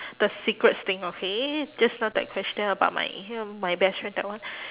the secrets thing okay just now that question about my my best friend that one